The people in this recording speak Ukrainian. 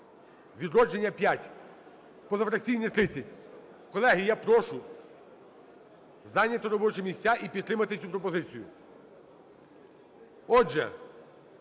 "Відродження" – 5, позафракційні – 30. Колеги, я прошу зайняти робочі місця і підтримати цю пропозицію. Отже,